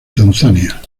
tanzania